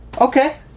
Okay